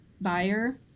buyer